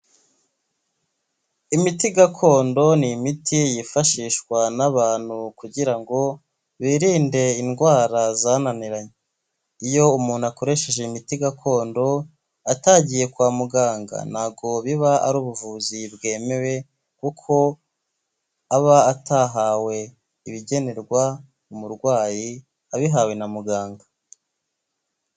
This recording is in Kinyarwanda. Imiti gakondo ni imiti yifashishwa n'abantu kugira ngo birinde indwara zananiranye. Iyo umuntu akoresheje imiti gakondo atagiye kwa muganga ntabwo biba ari ubuvuzi bwemewe kuko aba atahawe ibigenerwa umurwayi abihawe na muganga.